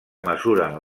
mesuren